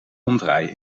omdraaien